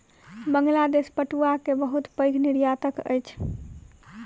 बांग्लादेश पटुआ के बहुत पैघ निर्यातक अछि